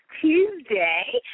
Tuesday